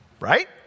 Right